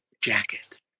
jacket